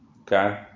Okay